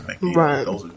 Right